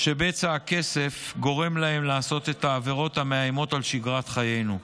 שבצע הכסף גורם להם לעשות את העבירות המאיימות על שגרת חיינו.